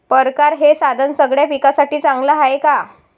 परकारं हे साधन सगळ्या पिकासाठी चांगलं हाये का?